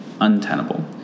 untenable